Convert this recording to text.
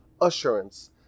assurance